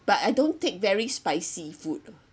but I don't take very spicy food